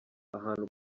ahantu